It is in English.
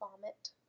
vomit